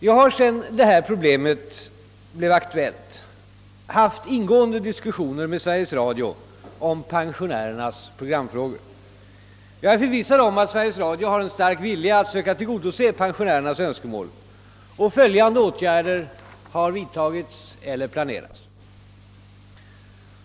Jag har sedan detta problem aktualiserats haft ingående diskussioner med Sveriges Radio om pensionärernas programfrågor. Jag är förvissad om att Sveriges Radio har en stark vilja att söka tillgodose pensionärernas önskemål, Följande åtgärder har vidtagits eller planeras.